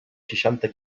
seixanta